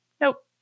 Nope